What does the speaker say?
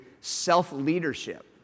self-leadership